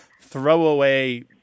throwaway